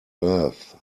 earth